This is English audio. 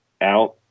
out